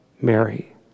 mary